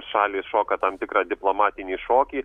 šalys šoka tam tikrą diplomatinį šokį